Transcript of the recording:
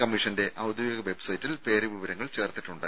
കമ്മീഷന്റെ ഔദ്യോഗിക വെബ്സൈറ്റിൽ പേര് വിവരങ്ങൾ ചേർത്തിട്ടുണ്ട്